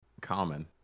common